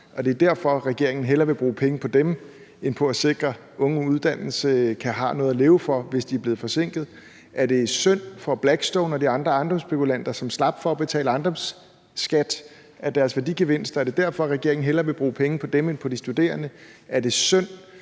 det er derfor, regeringen hellere vil bruge penge på dem end på at sikre, at unge under uddannelse har noget at leve for, hvis de er blevet forsinket? Er det synd for Blackstone og de andre ejendomsspekulanter, som slap for at betale ejendomsskat af deres værdigevinst? Er det derfor, regeringen hellere vil bruge penge på dem end på de studerende? Er det synd